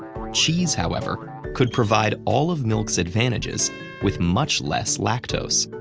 um cheese, however, could provide all of milk's advantages with much less lactose.